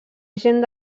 agent